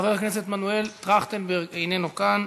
חבר הכנסת מנואל טרכטנברג, איננו כאן.